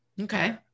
Okay